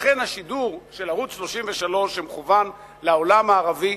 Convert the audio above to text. לכן השידור של ערוץ-33, שמכוון לעולם הערבי,